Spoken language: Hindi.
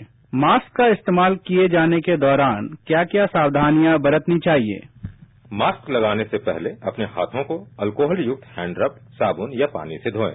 प्रमास्क का इस्तेमाल किये जाने के दौरान क्या क्या सावधानियां बरतनी चाहिए उ मास्क लगाने से पहले अपने हाथों को एल्कोहल मुक्त हैंडरब साबून या पानी से धोएं